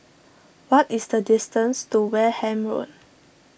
what is the distance to Wareham Road